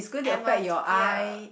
atmosphere